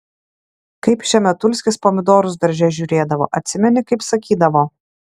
kaip šemetulskis pomidorus darže žiūrėdavo atsimeni kaip sakydavo